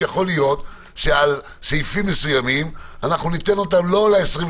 יכול להיות שסעיפים מסוימים אנחנו ניתן לא ל-28